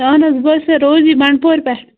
اَہَن حظ بہٕ حظ چھےٚ سٕے روزی بَنڈپورِ پٮ۪ٹھ